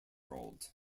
old